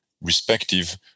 respective